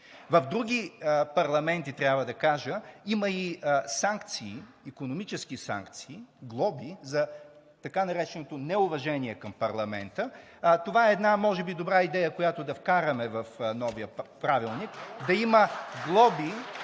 В други парламенти, трябва да кажа, има и санкции, икономически санкции, глоби за така нареченото неуважение към парламента. Това може би е една добра идея, която да вкараме в новия правилник (ръкопляскания